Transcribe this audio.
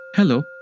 Hello